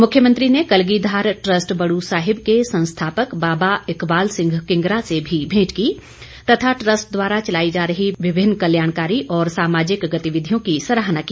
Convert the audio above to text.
मुख्यमंत्री ने कलगीधार ट्रस्ट बड़ू साहिब के संस्थापक बाबा इकबाल सिंह किंगरा से भी भेंट की तथा ट्रस्ट द्वारा चलाई जा रही विभिन्न कल्याणकारी और सामाजिक गतिविधियों की सराहना की